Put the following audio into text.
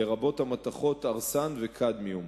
לרבות המתכות ארסן וקדמיום.